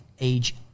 age